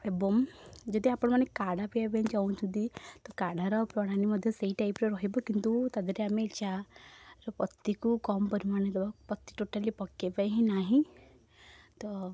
ଏବଂ ଯଦି ଆପଣମାନେ କାଢ଼ା ପିଇବାପାଇଁ ଚାହୁଁଛନ୍ତି ତ କାଢ଼ାର ପ୍ରଣାଳୀ ମଧ୍ୟ ସେଇ ଟାଇପ୍ର ରହିବ କିନ୍ତୁ ତା' ଦେହରେ ଆମେ ଚା' ର ପତିକୁ କମ୍ ପରିମାଣରେ ଦେବା ପତି ଟୋଟାଲି ପକେଇବା ହିଁ ନାହିଁ ତ